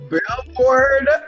Billboard